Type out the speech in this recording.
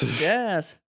yes